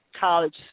College